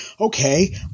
okay